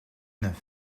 neuf